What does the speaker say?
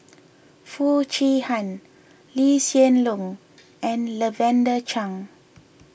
Foo Chee Han Lee Hsien Loong and Lavender Chang